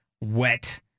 wet